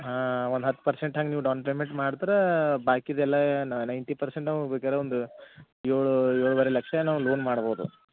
ಹಾಂ ಒಂದು ಹತ್ತು ಪರ್ಸೆಂಟ್ ಹಂಗೆ ನೀವು ಡೌನ್ ಪೇಮೆಂಟ್ ಮಾಡ್ತ್ರ ಬಾಕಿದೆಲ್ಲ ನಾವು ನೈಂಟಿ ಪರ್ಸೆಂಟ್ ನಾವು ಬೇಕಾರ ಒಂದು ಏಳು ಏಳುವರೆ ಲಕ್ಷ ನಾವು ಲೋನ್ ಮಾಡ್ಬೋದು